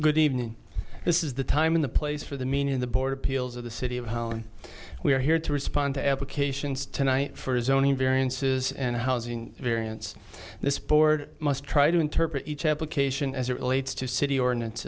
good evening this is the time in the place for the meaning the board appeals of the city of holland we are here to respond to applications tonight for a zoning variances and housing variance this board must try to interpret each application as it relates to city ordinance